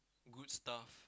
good stuff